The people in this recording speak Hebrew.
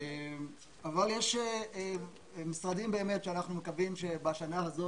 יש משרדים שאנחנו מקווים שבשנה הזו,